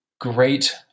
great